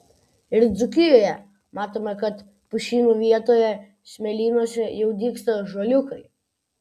ir dzūkijoje matome kad pušynų vietoje smėlynuose jau dygsta ąžuoliukai